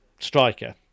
striker